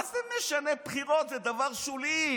מה זה משנה בחירות, זה דבר שולי.